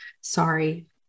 Sorry